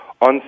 on